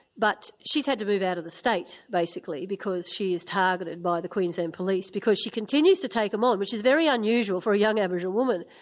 but she's had to move out of the state, basically, because she is targeted by the queensland police because she continues to take them on, which is very unusual for a young aboriginal woman.